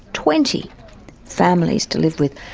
twenty families to live with.